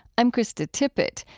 i'm krista tippett.